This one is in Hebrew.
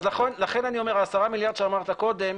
לכן אני אומר ש-10 מיליארד שדיברת עליהם קודם,